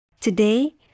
Today